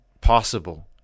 possible